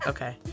Okay